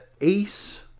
Ace